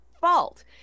fault